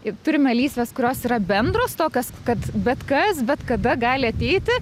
ir turime lysves kurios yra bendros tokios kad bet kas bet kada gali ateiti